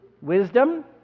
wisdom